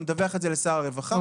אני מדווח עליהם לשר הרווחה,